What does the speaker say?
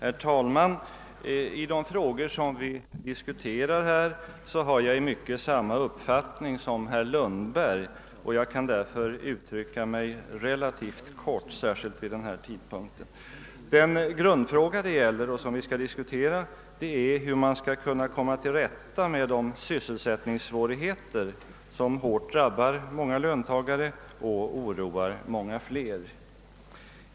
Herr talman! I de frågor som vi nu diskuterar har jag i mycket samma upp fattning som herr Lundberg, och jag kan därför uttrycka mig relativt kort, särskilt vid den här tidpunkten. Den grundfråga det gäller är hur man skall komma till rätta med de sysselsättningssvårigheter som drabbar många löntagare och oroar många fler.